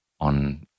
on